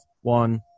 one